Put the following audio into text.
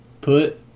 put